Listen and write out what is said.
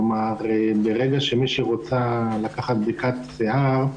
כלומר, ברגע שמישהי רוצה לקחת בדיקת שיער,